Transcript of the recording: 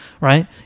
right